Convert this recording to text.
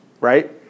right